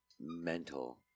mental